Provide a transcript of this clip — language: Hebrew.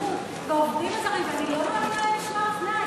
ההסתננות והעובדים הזרים ואני לא מאמינה למשמע אוזני.